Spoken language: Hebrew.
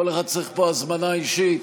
כל אחד צריך פה הזמנה אישית.